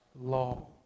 law